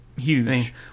huge